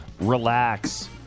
Relax